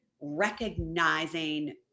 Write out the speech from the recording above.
recognizing